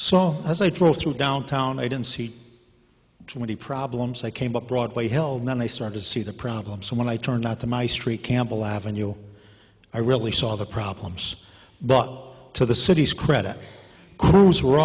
so as i drove through downtown i didn't see too many problems i came up broadway held then i start to see the problem so when i turned out to my street campbell avenue i really saw the problems but to the city's credit crews were